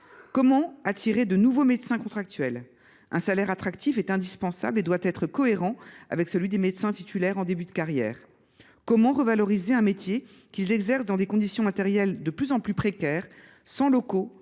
Comment attirer de nouveaux médecins contractuels ? Un salaire attractif est indispensable ; il doit être cohérent avec celui des médecins titulaires en début de carrière. Comment revaloriser un métier que les médecins scolaires exercent dans des conditions matérielles de plus en plus précaires, sans locaux,